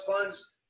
funds